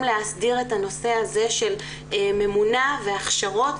להסדיר את הנושא של ממונה והכשרות,